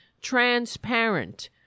transparent